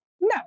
No